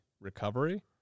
recovery